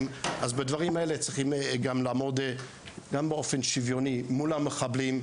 אז בדברים האלה גם צריכים לעמוד באופן שיוויוני מול המחבלים,